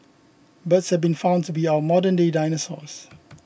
birds have been found to be our modernday dinosaurs